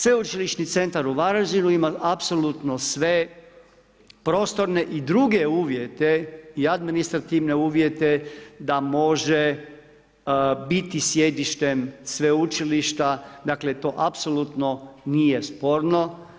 Sveučilišni centar u Varaždinu ima apsolutno sve prostorne i druge uvjete i administrativne uvjete da može biti sjedištem sveučilišta, dakle to apsolutno nije sporno.